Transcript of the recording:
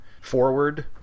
forward